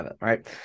Right